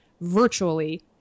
virtually